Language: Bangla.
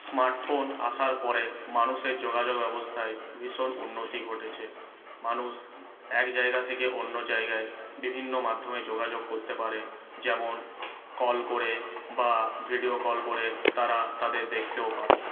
স্মার্টফোন আসার পরে মানুষের যোগাযোগ ব্যবস্থায় ভীষণ উন্নতি ঘটেছে মানুষ একজায়গা থেকে অন্য জায়গায় বিভিন্ন মাধ্যমে যোগাযোগ করতে পারে যেমন কল করে বা ভিডিও কল করে তারা তাদের দেখতেও পারে